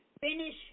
finish